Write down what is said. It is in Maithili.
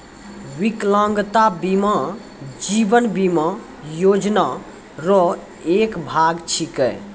बिकलांगता बीमा जीवन बीमा योजना रो एक भाग छिकै